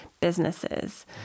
businesses